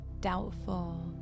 doubtful